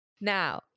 Now